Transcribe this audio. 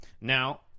Now